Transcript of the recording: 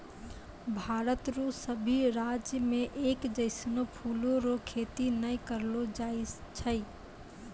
भारत रो सभी राज्य मे एक जैसनो फूलो रो खेती नै करलो जाय छै